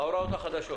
ההוראות החדשות